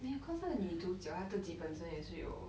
你的 course leh 你读他基本生也是有